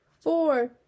four